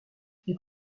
les